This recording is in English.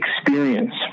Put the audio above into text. experience